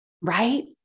Right